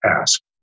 ask